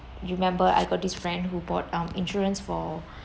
you remember I got this friend who bought um insurance for